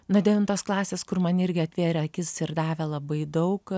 nuo devintos klasės kur man irgi atvėrė akis ir davė labai daug